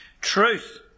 Truth